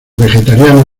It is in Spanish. vegetariano